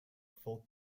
folk